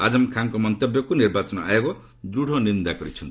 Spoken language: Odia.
ଆଜମ ଖାଁଙ୍କ ମନ୍ତବ୍ୟକୁ ନିର୍ବାଚନ ଆୟୋଗ ଦୃଢ଼ ନିନ୍ଦା କରିଛନ୍ତି